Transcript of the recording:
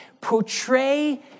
portray